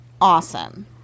awesome